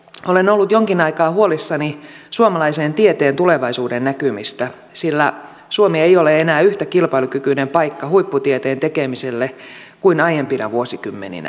olen ollut jonkin aikaa huolissani suomalaisen tieteen tulevaisuudennäkymistä sillä suomi ei ole enää yhtä kilpailukykyinen paikka huipputieteen tekemiselle kuin aiempina vuosikymmeninä